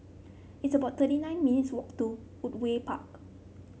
it's about thirty nine minutes' walk to Woodleigh Park